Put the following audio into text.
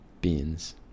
beans